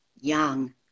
young